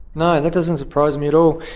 no, that doesn't surprise me at all.